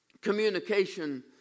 communication